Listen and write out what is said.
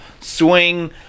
swing